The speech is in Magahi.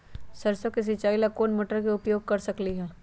सरसों के सिचाई ला कोंन मोटर के उपयोग कर सकली ह?